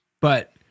But-